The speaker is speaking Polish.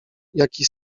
jaki